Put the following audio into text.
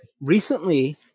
recently